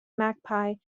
magpie